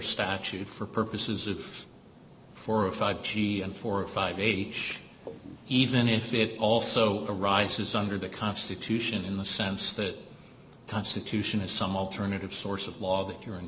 statute for purposes of four of five g and four or five age even if it also arises under the constitution in the sense that constitution is some alternative source of law that you're in